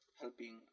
helping